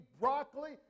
broccoli